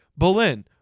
Bolin